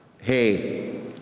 hey